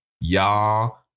y'all